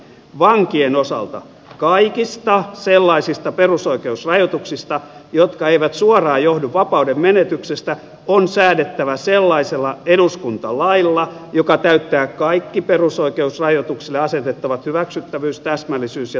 vankien osalta kaikista sellaisista perusoikeusrajoituksista jotka eivät suoraan johdu vapaudenmenetyksestä on säädettävä sellaisella eduskuntalailla joka täyttää kaikki perusoikeusrajoituksille asetettavat hyväksyttävyys täsmällisyys ja tarkkarajaisuusvaatimukset